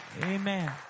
Amen